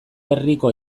berriko